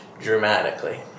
dramatically